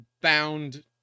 bound